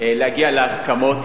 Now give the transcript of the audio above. להגיע עליה להסכמות,